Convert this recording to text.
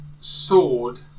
sword